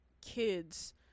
kids